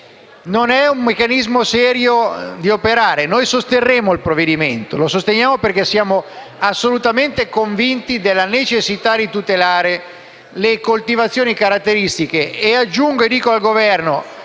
Non è un modo serio di operare. Noi sosterremo il provvedimento. Lo sosteniamo perché siamo assolutamente convinti della necessità di tutelare le coltivazioni caratteristiche.